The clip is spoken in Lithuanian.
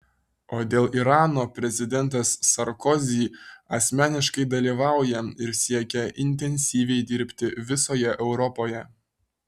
o dėl irano prezidentas sarkozy asmeniškai dalyvauja ir siekia intensyviai dirbti visoje europoje